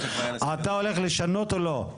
אתה הולך לשנות או לא?